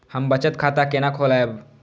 हम बचत खाता केना खोलैब?